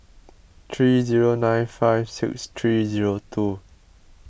three zero nine five six three zero two